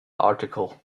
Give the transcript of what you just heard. article